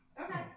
Okay